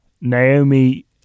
Naomi